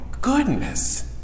goodness